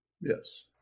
Yes